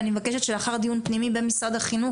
אני מבקשת שלאחר דיון פנימי במשרד החינוך